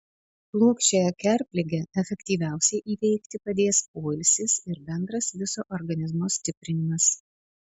plokščiąją kerpligę efektyviausiai įveikti padės poilsis ir bendras viso organizmo stiprinimas